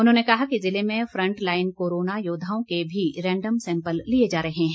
उन्होंने कहा कि ज़िले में फ्रंट लाइन कोरोना योद्वाओं के भी रैंडम सैंपल लिए जा रहे हैं